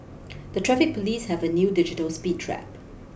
the traffic police have a new digital speed trap